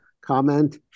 comment